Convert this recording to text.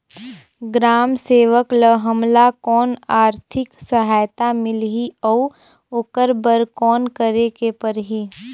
ग्राम सेवक ल हमला कौन आरथिक सहायता मिलही अउ ओकर बर कौन करे के परही?